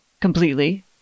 completely